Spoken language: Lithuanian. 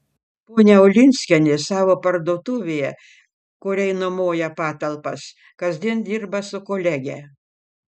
ponia ulinskienė savo parduotuvėje kuriai nuomoja patalpas kasdien dirba su kolege